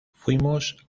fuimos